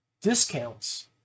discounts